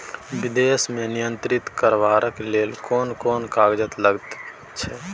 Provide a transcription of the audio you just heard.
विदेश मे निर्यात करबाक लेल कोन कोन कागज लगैत छै